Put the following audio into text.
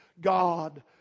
God